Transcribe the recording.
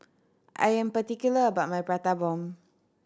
I am particular about my Prata Bomb